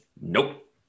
Nope